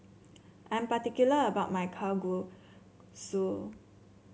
I'm particular about my Kalguksu